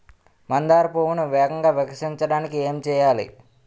మందార పువ్వును వేగంగా వికసించడానికి ఏం చేయాలి?